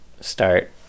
start